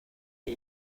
but